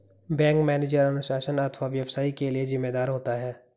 bank manager अनुशासन अथवा व्यवसाय के लिए जिम्मेदार होता है